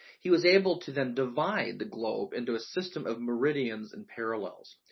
he was able to then divide the globe into a system of meridians and parallels.